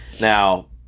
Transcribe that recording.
Now